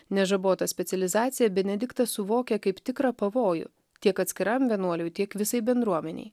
nežabotą specializaciją benediktą suvokė kaip tikrą pavojų tiek atskiram vienuoliui tiek visai bendruomenei